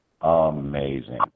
amazing